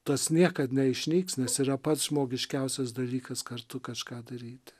tas niekad neišnyks nes yra pats žmogiškiausias dalykas kartu kažką daryti